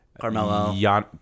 Carmelo